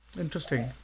interesting